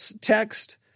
text